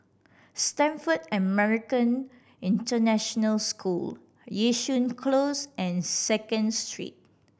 Stamford American International School Yishun Close and Second Street